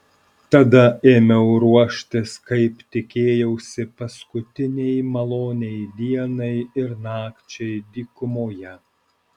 tada ėmiau ruoštis kaip tikėjausi paskutinei maloniai dienai ir nakčiai dykumoje